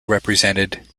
represented